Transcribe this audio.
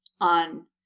on